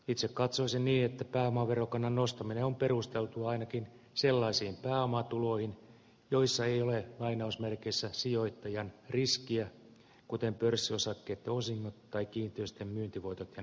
itse katsoisin niin että pääomaverokannan nostaminen on perusteltua ainakin sellaisiin pääomatuloihin joissa ei ole lainausmerkeissä sijoittajan riskiä kuten pörssiosakkeitten osingot tai kiinteistöjen myyntivoitot ja niin edelleen